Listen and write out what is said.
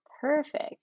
perfect